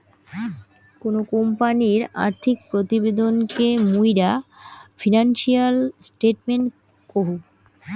কোনো কোম্পানির আর্থিক প্রতিবেদন কে মুইরা ফিনান্সিয়াল স্টেটমেন্ট কহু